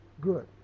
good